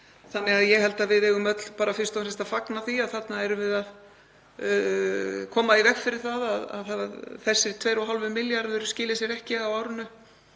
fyrr. Ég held því að við eigum öll bara fyrst og fremst að fagna því að þarna erum við að koma í veg fyrir að þessir 2,5 milljarðar skili sér ekki á árinu